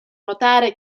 notare